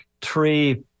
tree